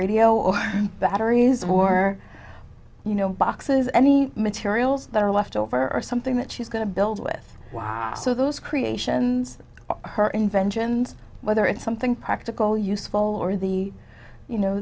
or you know boxes any materials that are left over or something that she's going to build with us so those creations are her inventions whether it's something practical useful or the you know